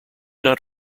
not